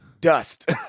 dust